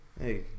hey